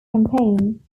campaign